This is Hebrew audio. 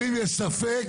אבל אם יש ספק,